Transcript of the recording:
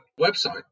website